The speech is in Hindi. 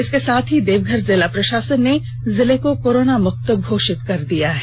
इसके साथ ही देवघर जिला प्रषासन ने देवघर जिला को कोरोना मुक्त घोषित किया है